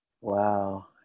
Wow